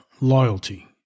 loyalty